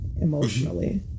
emotionally